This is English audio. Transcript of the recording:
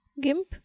GIMP